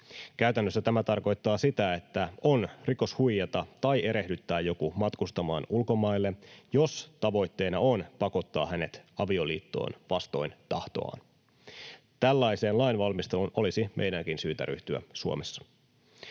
Käytännössä tämä tarkoittaa sitä, että on rikos huijata tai erehdyttää joku matkustamaan ulkomaille, jos tavoitteena on pakottaa hänet avioliittoon vastoin tahtoaan. Tällaisen lain valmisteluun olisi meidänkin syytä ryhtyä Suomessa.